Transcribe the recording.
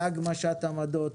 בהגמשת עמדות,